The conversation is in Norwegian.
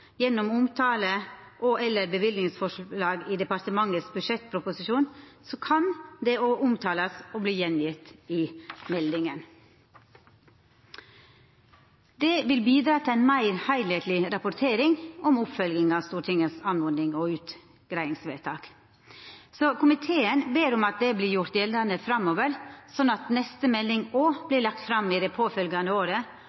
gjennom omtale og/eller løyvingsforslag i departementets budsjettproposisjon, kan det òg omtalast og verta gjengjeve i meldinga. Det vil bidra til ei meir heilskapleg rapportering om oppfølginga av Stortingets oppmodings- og utgreiingsvedtak. Så komiteen ber om at det vert gjort gjeldande framover, slik at neste melding òg vert lagd fram i det påfølgjande året, og